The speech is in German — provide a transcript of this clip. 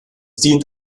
dient